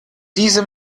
diese